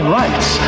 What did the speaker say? rights